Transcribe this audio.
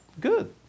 good